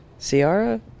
Ciara